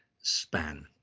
span